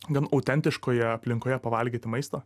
gan autentiškoje aplinkoje pavalgyti maisto